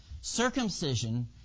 circumcision